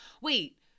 wait